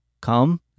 come